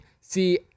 see